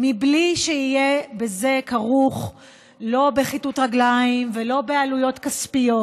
בלי שזה יהיה כרוך לא בכיתות רגליים ולא בעלויות כספיות,